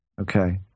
Okay